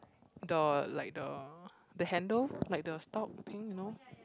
the like the the handle like the stalk thing you know